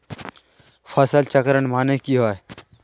फसल चक्रण माने की होय?